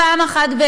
פעם אחת,